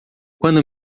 quando